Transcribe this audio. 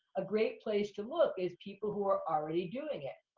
a great place to look is people who are already doing it.